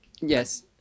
Yes